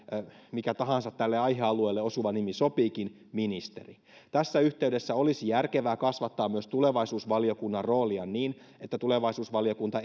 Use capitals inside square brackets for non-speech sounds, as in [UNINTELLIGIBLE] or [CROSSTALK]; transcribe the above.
mikä tahansa tälle aihealueelle osuva nimi sopiikin ministeri tässä yhteydessä olisi järkevää kasvattaa myös tulevaisuusvaliokunnan roolia niin että tulevaisuusvaliokunta [UNINTELLIGIBLE]